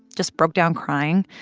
just broke down crying?